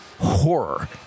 Horror